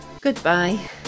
Goodbye